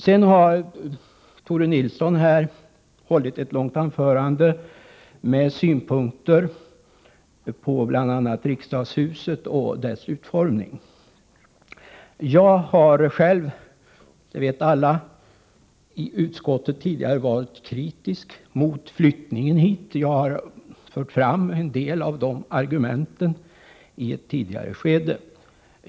Sedan har Tore Nilsson hållit ett långt anförande med synpunkter på bl.a. riksdagshusets utformning. Jag har själv — det vet alla i utskottet — tidigare varit kritisk mot flyttningen hit. Jag har fört fram en del av de argumenten i ett tidigare skede.